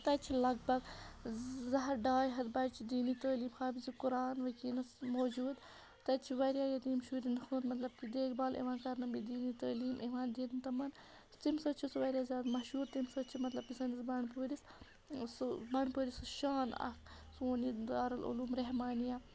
تَتہِ چھِ لگ بگ زٕ ہَتھ ڈاے ہَتھ بَچہِ دیٖنی تٲلیٖم حافِظہٕ قُران وٕنۍکٮ۪نَس موجوٗد تَتہِ چھِ واریاہ یتیٖم شُرٮ۪ن ہُنٛد مطلب کہِ دیکھ بال یِوان کَرنہٕ بیٚیہِ دیٖنی تٲلیٖم یِوان دِنہٕ تِمَن تَمہِ سۭتۍ چھِ سُہ واریاہ زیادٕ مَشہوٗر تَمہِ سۭتۍ چھِ مَطلَب کہِ سٲنِس بنٛڈپوٗرِس سُہ بَنٛڈپوٗرِس سۄ شان اَکھ سون یہِ دار العلوٗم رحمانِیَہ